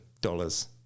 dollars